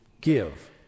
give